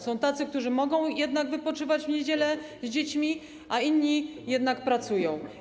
Są tacy, którzy mogą wypoczywać w niedziele z dziećmi, a inni jednak pracują.